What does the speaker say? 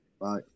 Bye